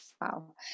Wow